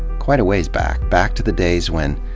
quite a ways back. back to the days when,